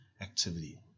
activity